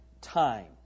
time